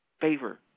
favor